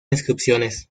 inscripciones